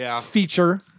feature